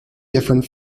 different